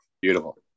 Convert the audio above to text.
Beautiful